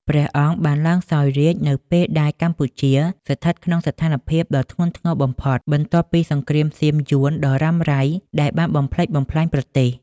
ព្រះអង្គបានឡើងសោយរាជ្យនៅពេលដែលកម្ពុជាស្ថិតក្នុងស្ថានភាពដ៏ធ្ងន់ធ្ងរបំផុត បន្ទាប់ពីសង្គ្រាមសៀម-យួនដ៏រ៉ាំរ៉ៃដែលបានបំផ្លិចបំផ្លាញប្រទេស។